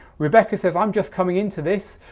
rebecca says i'm just coming into this,